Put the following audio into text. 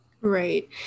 Right